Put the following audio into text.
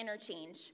interchange